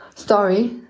story